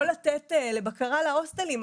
או לתת לבקרה על ההוסטלים,